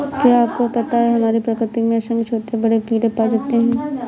क्या आपको पता है हमारी प्रकृति में असंख्य छोटे बड़े कीड़े पाए जाते हैं?